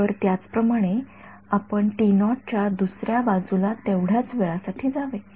तर त्याचप्रमाणे आपण च्या दुसऱ्या बाजूला तेवढ्याच वेळासाठी जावे